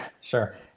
sure